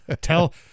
Tell